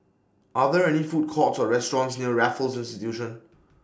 Are There any Food Courts Or restaurants near Raffles Institution